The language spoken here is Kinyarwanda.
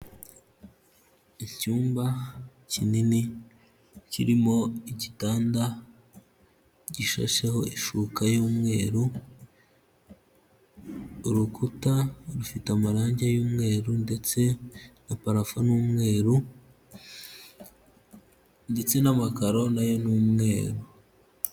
Icyumba kinini kirimo igitanda gishasheho ishuka y'umweru, urukuta rufite amarange y'umweru ndetse na parafo ni umweru ndetse n'amakaro nayo n'umweru.